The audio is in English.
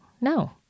no